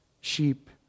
sheep